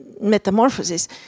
metamorphosis